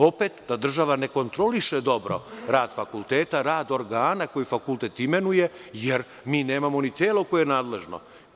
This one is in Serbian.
Opet da država ne kontroliše dobro rad fakulteta, rad organa koje fakultet imenuje, jer mi nemamo ni telo koje je nadležno.